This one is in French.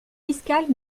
fiscales